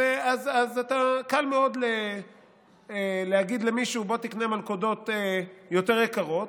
קל מאוד להגיד למישהו: בוא תקנה מלכודות יותר יקרות,